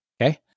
Okay